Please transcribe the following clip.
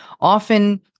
often